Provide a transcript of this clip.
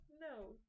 No